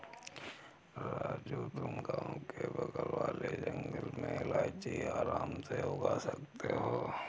राजू तुम गांव के बगल वाले जंगल में इलायची आराम से उगा सकते हो